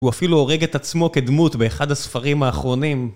הוא אפילו הורג את עצמו כדמות באחד הספרים האחרונים